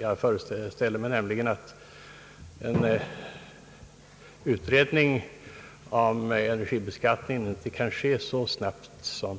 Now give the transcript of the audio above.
Jag föreställer mig nämligen att en utredning om energibeskattningen inte kan ske så snabbt att dess resultat kan